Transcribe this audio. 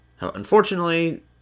Unfortunately